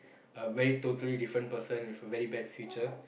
a very totally different person with a very bad future